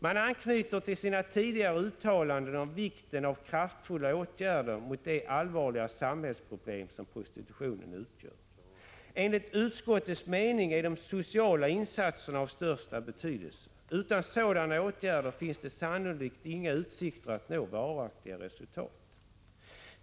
Man anknyter till sina tidigare uttalanden om vikten av kraftfulla åtgärder mot det allvarliga samhällsproblem som prostitutionen utgör. Enligt utskottets mening är de sociala insatserna av största betydelse. Utan sådana åtgärder finns det sannolikt inga utsikter att nå varaktiga resultat.